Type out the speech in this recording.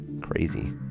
Crazy